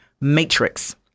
matrix